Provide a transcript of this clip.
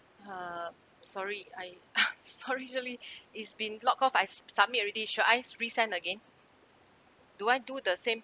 uh sorry I sorry shirley it's been log off I s~ submit already should I s~ resend again do I do the same